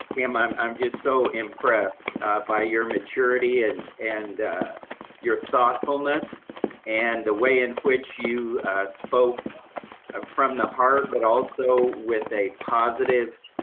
um i'm i'm just so impressed by your maturity and and your thoughtfulness and the way in which you spoke ah from the heart but also with a positive,